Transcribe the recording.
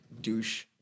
douche